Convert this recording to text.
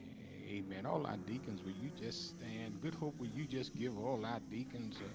amen all on deacons. will you just stand good hopeful you just give all lot deacons?